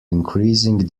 increasing